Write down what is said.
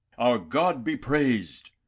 our god be praised!